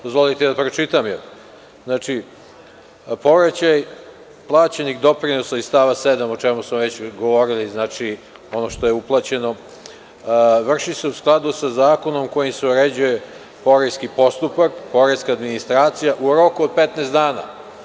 Dozvolite da pročitam – povraćaj plaćenih doprinosa iz stava 7. o čemu smo već govorili, znači ono što je uplaćeno, vrši se u skladu sa zakonom kojim se uređuje poreski postupak, poreska administracija u roku od 15 dana.